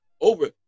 over